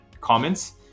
comments